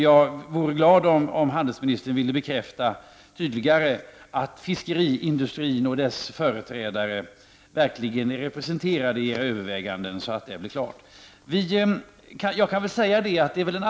Jag vore glad om handelsministern tydligare ville bekräfta att fiskeriindustrin och dess företrädare verkligen är representerade vid era överväganden, så att det blir klart.